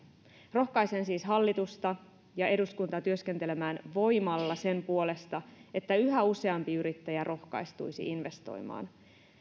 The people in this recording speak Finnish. rohkaisen siis hallitusta ja eduskuntaa työskentelemään voimalla sen puolesta että yhä useampi yrittäjä rohkaistuisi investoimaan ja